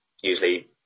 usually